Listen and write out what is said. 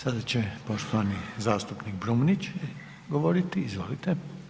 Sada će poštovani zastupnik Brumnić govoriti, izvolite.